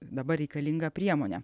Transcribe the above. dabar reikalingą priemonę